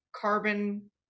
carbon